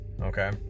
Okay